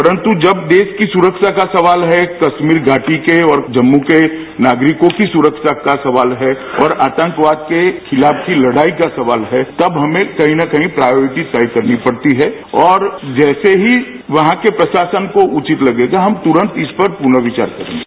परंतु जब देश की सुरक्षा का सवाल है कश्मीर घाटी के और जम्मू के नागरिकों की सुरक्षा का सवाल है और आतंकवाद के खिलाफ की लड़ाई का सवाल है तब हमें कहीं न कही प्रायोरिटी तय करनी पड़ती है और जैसे ही वहां के प्रशासन को उचित लगेगा हम तुरंत इस पर पुनर्विचार करेंगे